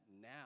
now